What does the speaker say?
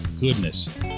goodness